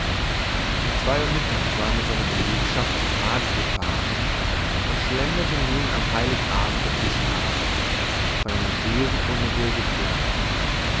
um zwei uhr mittags war er mit seiner belegschaft zu tage gefahren und schlenderte nun am heiligabend durch die straßen von einer bösen unruhe geplagt